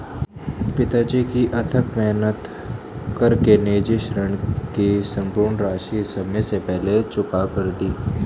पिताजी ने अथक मेहनत कर के निजी ऋण की सम्पूर्ण राशि समय से पहले चुकता कर दी